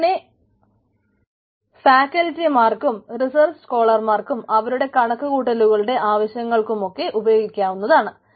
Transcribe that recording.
അതിനെ ഫാക്കൽറ്റിമാർക്കും റിസർച്ച് സ്കോളർമാർക്കും അവരുടെ കണക്കുകൂട്ടലുകളുടെ ആവശ്യങ്ങൾക്കുമൊക്കെ ഉപയോഗിക്കാവുന്നതാണ്